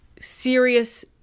serious